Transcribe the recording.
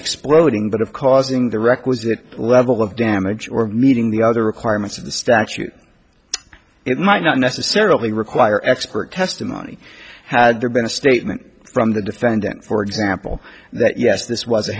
exploding but of causing the requisite level of damage or meeting the other requirements of the statute it might not necessarily require expert testimony had there been a statement from the defendant for example that yes this was a